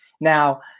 now